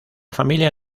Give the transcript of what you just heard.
familia